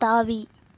தாவி